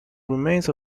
remains